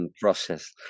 process